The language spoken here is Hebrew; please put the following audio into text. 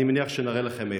אני מניח שנראה לכם איך.